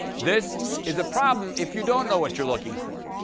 this is a problem if you don't know what you're looking for.